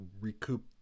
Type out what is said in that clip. recoup